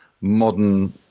modern